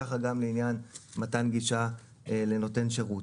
ככה גם לעניין מתן גישה לנותן שירות.